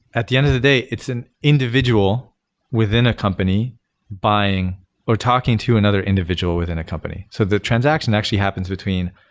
at the end of the day, it's an individual within a company buying or talking to another individual within a company. so, the transaction actually happens between,